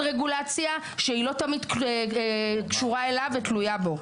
רגולציה שהיא לא תמיד קשורה אליו ותלויה בו.